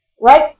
Right